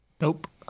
Nope